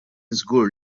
żgur